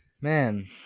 Man